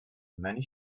many